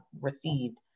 received